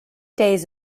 days